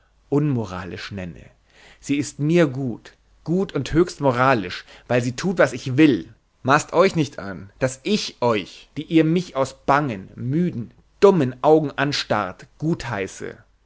unmoralisch nenne sie ist mir gut gut und höchst moralisch weil sie tut was ich will maßt euch nicht an daß ich euch die ihr mich aus bangen müden dummen augen anstarrt